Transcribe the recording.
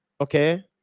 okay